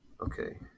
Okay